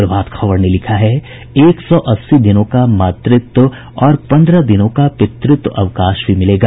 प्रभात खबर ने लिखा है एक सौ अस्सी दिनों का मातृत्व और पन्द्रह दिनों का पितृत्व अवकाश भी मिलेगा